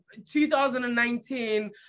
2019